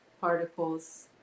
particles